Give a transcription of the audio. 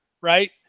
right